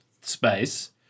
space